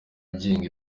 agenga